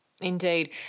Indeed